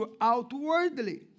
outwardly